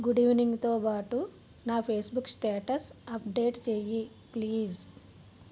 good ఈవినింగ్తో పాటు నా ఫేస్బుక్ స్టేటస్ అప్డేట్ చెయ్యి ప్లీజ్